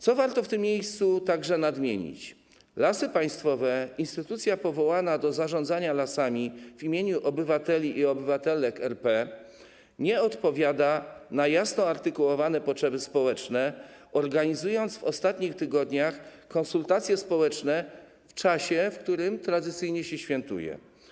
Co warto w tym miejscu także nadmienić, Lasy Państwowe, instytucja powołana do zarządzania lasami w imieniu obywateli i obywatelek RP, nie odpowiada na jasno artykułowane potrzeby społeczne, organizując w ostatnich tygodniach konsultacje społeczne w czasie, w którym tradycyjnie się świętuje.